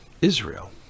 Israel